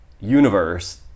universe